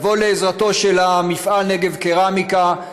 לבוא לעזרתו של מפעל נגב קרמיקה,